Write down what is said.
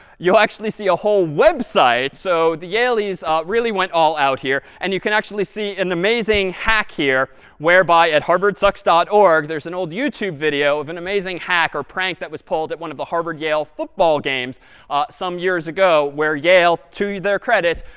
you'll actually see a whole website. so the yalies really went all-out here. and you can actually see an amazing hack here whereby at harvardsucks dot org there's an old youtube video of an amazing hack or prank that was pulled at one of the harvard-yale football games some years ago where yale, to their credit,